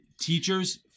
teachers